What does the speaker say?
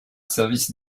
service